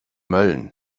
mölln